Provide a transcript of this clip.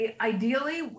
ideally